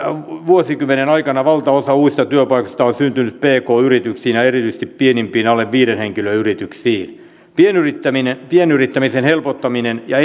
vuosikymmenen aikana valtaosa uusista työpaikoista on syntynyt pk yrityksiin ja ja erityisesti pienimpiin alle viiden henkilön yrityksiin pienyrittämisen pienyrittämisen helpottaminen ja